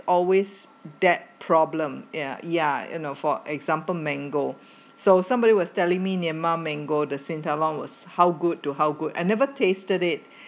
always that problem yeah yeah you know for example mango so somebody was telling me myanmar mango the sien ta lone was how good to how good I never tasted it